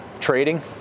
trading